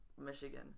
Michigan